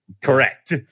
correct